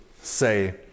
say